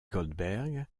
goldberg